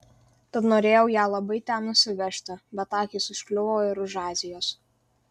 tad norėjau ją labai ten nusivežti bet akys užkliuvo ir už azijos